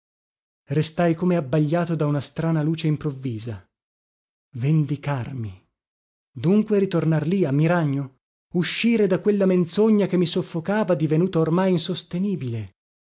nessuno restai come abbagliato da una strana luce improvvisa vendicarmi dunque ritornar lì a miragno uscire da quella menzogna che mi soffocava divenuta ormai insostenibile